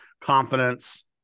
confidence